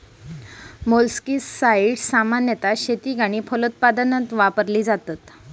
मोलस्किसाड्स सामान्यतः शेतीक आणि फलोत्पादन वापरली जातत